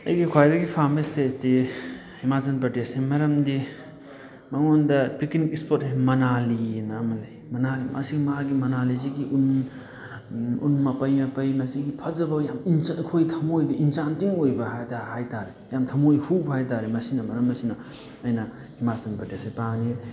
ꯑꯩꯅ ꯈ꯭ꯋꯥꯏꯗꯒꯤ ꯄꯥꯝꯕ ꯏꯁꯇꯦꯠꯇꯤ ꯍꯤꯃꯥꯆꯜ ꯄ꯭ꯔꯗꯦꯁꯅꯤ ꯃꯔꯝꯗꯤ ꯃꯉꯣꯟꯗ ꯄꯤꯛꯅꯤꯛ ꯏꯁꯄꯣꯠ ꯃꯅꯥꯂꯤꯑꯅ ꯑꯃ ꯂꯩ ꯃꯅꯥꯂꯤ ꯃꯥꯁꯤ ꯃꯥꯒꯤ ꯃꯅꯥꯂꯤꯁꯤꯒꯤ ꯎꯟ ꯎꯟ ꯃꯄꯩ ꯃꯄꯩ ꯃꯁꯤꯒꯤ ꯐꯖꯕ ꯌꯥꯝ ꯑꯩꯈꯣꯏꯒꯤ ꯊꯃꯣꯏꯗ ꯏꯟꯆꯥꯟꯇꯤꯡ ꯑꯣꯏꯕ ꯍꯥꯏꯕ ꯍꯥꯏ ꯇꯥꯔꯦ ꯌꯥꯝ ꯊꯃꯣꯏ ꯍꯨꯕ ꯍꯥꯏ ꯇꯥꯔꯦ ꯃꯁꯤꯅ ꯃꯔꯝ ꯑꯁꯤꯅ ꯑꯩꯅ ꯍꯤꯃꯥꯆꯜ ꯄ꯭ꯔꯗꯦꯁꯁꯤ ꯄꯥꯝꯃꯤ